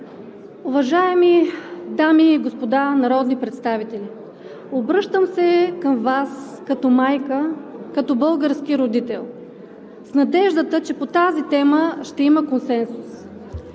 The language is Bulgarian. Уважаеми дами и господа народни представители, обръщам се към Вас като майка, като български родител с надеждата, че по тази тема ще има консенсус.